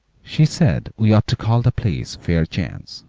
she said we ought to call the place fairchance,